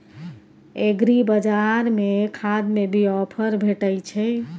एग्रीबाजार में खाद में भी ऑफर भेटय छैय?